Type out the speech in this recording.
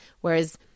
whereas